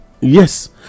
Yes